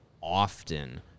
often